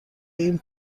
این